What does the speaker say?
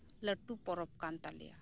ᱞᱟᱹᱴᱩ ᱯᱚᱨᱚᱵᱽ ᱠᱟᱱ ᱛᱟᱞᱮᱭᱟ